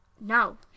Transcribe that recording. No